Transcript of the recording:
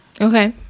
Okay